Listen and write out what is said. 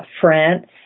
France